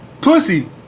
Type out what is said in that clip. pussy